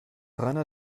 rainer